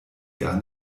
gar